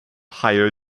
higher